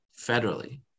federally